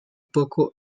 poco